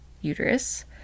uterus